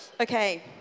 Okay